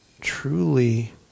truly